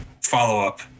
follow-up